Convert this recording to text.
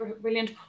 brilliant